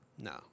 No